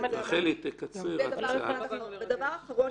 אגב,